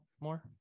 more